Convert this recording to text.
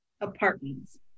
apartments